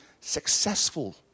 successful